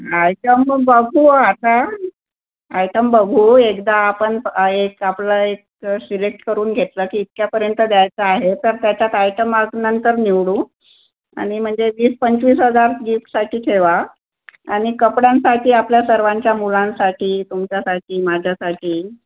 item मग बघू आता आयटम बघू एकदा आपण एक आपला एक सिलेक्ट करून घेतलं की इतक्यापर्यंत द्यायचं आहे तर त्याच्यात आयटम मग नंतर निवडू आणि म्हणजे वीस पंचवीस हजार गिफ्टसाठी ठेवा आणि कपड्यांसाठी आपल्या सर्वांच्या मुलांसाठी तुमच्यासाठी माझ्यासाठी